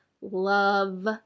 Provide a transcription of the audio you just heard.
love